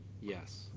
Yes